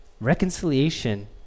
reconciliation